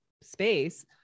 space